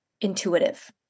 intuitive